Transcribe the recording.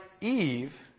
Eve